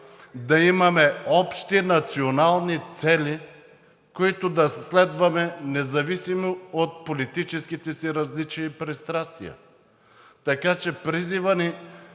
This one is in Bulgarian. да имаме общи национални цели, които да следваме, независимо от политическите си различия и пристрастия? Така че призивът